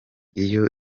iyo